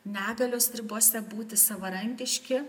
negalios ribose būti savarankiški